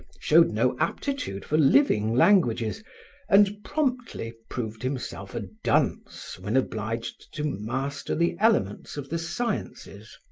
showed no aptitude for living languages and promptly proved himself a dunce when obliged to master the elements of the sciences.